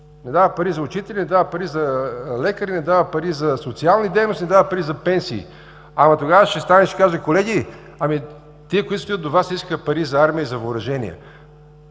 не дава пари за учители, не дава пари за лекари, не дава пари за социални дейности, не дава пари за пенсии. Ама тогава ще стана и ще кажа: колеги, тези, които стоят до Вас, искат пари за армия и въоръжение.